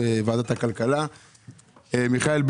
(תיקון),